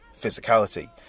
physicality